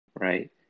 right